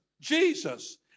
Jesus